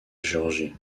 géorgie